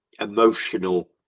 Emotional